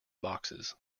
boxes